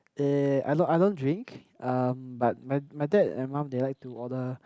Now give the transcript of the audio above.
uh I don't I don't drink um but my my dad and mum they like to order